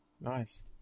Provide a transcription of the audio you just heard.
Nice